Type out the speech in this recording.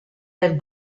del